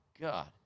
God